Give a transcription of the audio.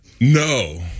No